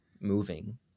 moving